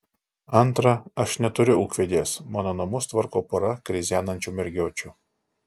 antra aš neturiu ūkvedės mano namus tvarko pora krizenančių mergiočių